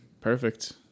Perfect